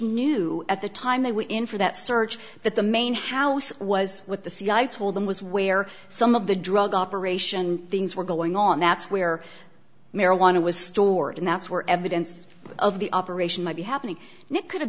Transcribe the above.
knew at the time they were in for that search that the main house was with the c i told them was where some of the drug operation things were going on that's where marijuana was stored and that's where evidence of the operation might be happening and it could have